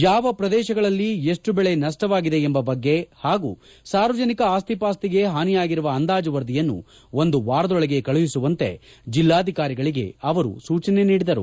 ಯಾವ ಪ್ರದೇಶಗಳಲ್ಲಿ ಎಷ್ಟು ಬೆಳೆ ನಷ್ಟವಾಗಿದೆ ಎಂಬ ಬಗ್ಗೆ ಹಾಗೂ ಸಾರ್ವಜನಿಕ ಆಸ್ತಿ ಪಾಸ್ತಿಗೆ ಹಾನಿ ಆಗಿರುವ ಅಂದಾಜು ವರದಿಯನ್ನು ಒಂದು ವಾರದೊಳಗೆ ಕಳುಹಿಸುವಂತೆ ಜಿಲ್ಲಾಧಿಕಾರಿಗಳಿಗೆ ಅವರು ಸೂಚನೆ ನೀಡಿದರು